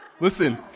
Listen